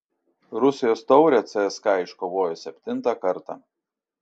rusijos taurę cska iškovojo septintą kartą